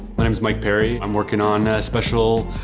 my name's mike perry. i'm working on a special,